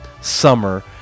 summer